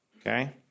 Okay